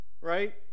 Right